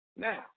Now